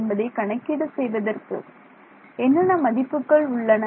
என்பதை கணக்கீடு செய்வதற்கு என்னென்ன மதிப்புகள் உள்ளன